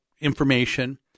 information